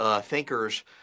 thinkers